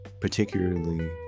particularly